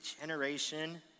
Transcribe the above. generation